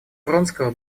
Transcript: вронского